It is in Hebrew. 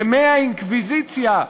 ימי האינקוויזיציה,